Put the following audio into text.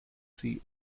sie